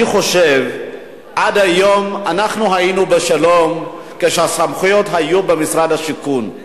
עד היום חיינו בשלום כשהסמכויות היו במשרד השיכון,